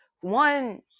one